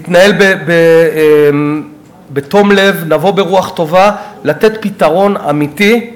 נתנהל בתום לב, נבוא ברוח טובה לתת פתרון אמיתי.